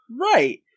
Right